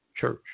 church